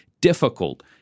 difficult